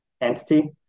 entity